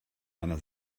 einer